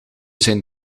zijn